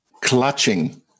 clutching